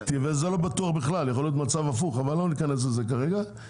וזה לא בטוח בכלל יכול להיות מצב הפוך אבל אנחנו לא נכנס לזה כרגע,